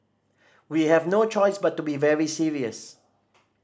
we have no choice but to be very serious